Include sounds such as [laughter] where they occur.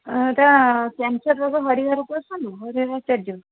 [unintelligible] cancer ରୋଗ ହରିହର [unintelligible] ହରିହର ଆଚାର୍ଯ୍ୟ